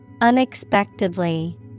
Unexpectedly